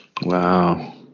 Wow